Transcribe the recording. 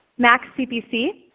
max cpc,